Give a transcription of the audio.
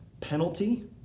penalty